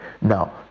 Now